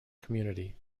community